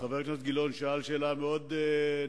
אני חושב שחבר הכנסת גילאון שאל שאלה מאוד נקודתית.